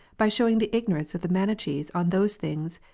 by shewing the ignorance ot the mauichees on those things,